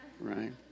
right